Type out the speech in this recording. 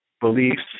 beliefs